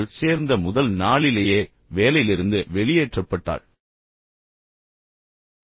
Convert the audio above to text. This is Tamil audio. அவள் சேர்ந்த முதல் நாளிலேயே வேலையிலிருந்து வெளியேற்றப்பட்டாள் என்று சொல்லத் தேவையில்லை